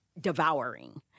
devouring